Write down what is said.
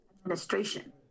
administration